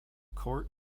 court